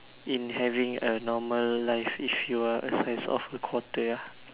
in having a normal life if you are the size of a quarter ah